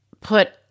put